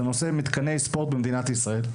זה נושא של מתקני ספורט במדינת ישראל.